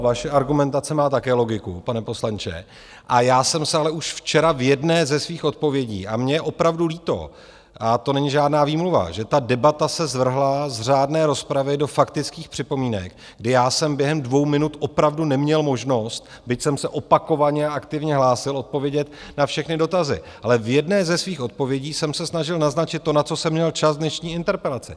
Vaše argumentace má také logiku, pane poslanče, a já jsem se ale už včera v jedné ze svých odpovědí a mně je opravdu líto, a to není žádná výmluva, že ta debata se zvrhla z řádné rozpravy do faktických připomínek, kdy já jsem během dvou minut opravdu neměl možnost, byť jsem se opakovaně a aktivně hlásil, odpovědět na všechny dotazy ale v jedné ze svých odpovědí jsem se snažil naznačit to, na co jsem měl čas v dnešní interpelaci.